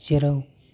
जेराव